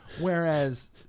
Whereas